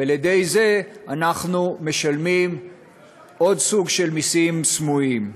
ועל-ידי זה אנחנו משלמים עוד סוג של מסים סמויים.